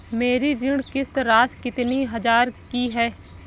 मेरी ऋण किश्त राशि कितनी हजार की है?